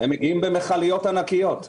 במיכליות ענקיות.